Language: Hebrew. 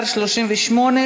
סויד,